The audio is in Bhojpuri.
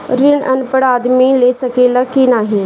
ऋण अनपढ़ आदमी ले सके ला की नाहीं?